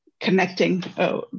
connecting